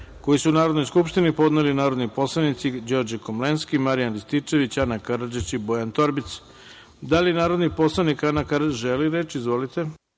koji su Narodnoj skupštini podneli narodni poslanici Đorđe Komlenski, Marijan Rističević, Ana Karadžić i Bojan Torbica. Da li narodni poslanik, Ana Karadžić, želi reč? (Da)Izvolite,